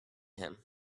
him